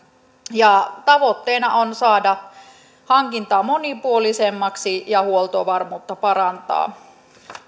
ja tavoitteena on saada hankintaa monipuolisemmaksi ja huoltovarmuutta parantaa